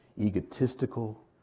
egotistical